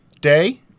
day